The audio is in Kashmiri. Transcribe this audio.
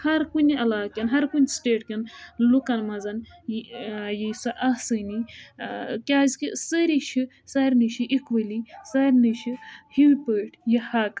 ہَر کُنہِ علاقہٕ کیٚن ہر کُنہِ سٹیٹ کیٚن لُکَن منٛزَن یِیہِ سار آسٲنی کیٛازِ کہِ سٲرِی چھِ سارِنِٕے چھِ اِیٖکوَلٕی سارِنٕے چھِ ہِوُے پٲٹھۍ یہِ حَق